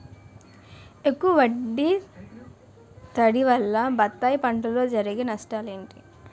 ఎక్కువ తడి వల్ల బత్తాయి పంటలో జరిగే నష్టాలేంటి?